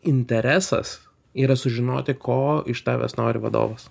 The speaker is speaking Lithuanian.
interesas yra sužinoti ko iš tavęs nori vadovas